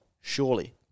surely